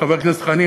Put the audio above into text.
חבר הכנסת חנין,